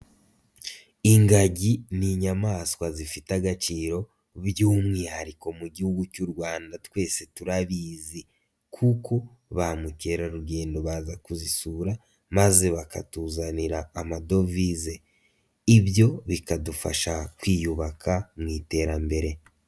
Ingagi ni inyamaswa zifite agaciro by'umwihariko mu gihugu cy'u Rwanda twese turabizi kuko ba mukerarugendo baza kuzisura maze bakatuzanira amadovize, ibyo bikadufasha kwiyubaka mu iterambere.